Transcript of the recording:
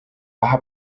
aha